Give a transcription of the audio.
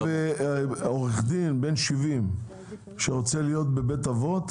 עורך דין בן שבעים שרוצה להיות בבית אבות,